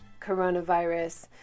coronavirus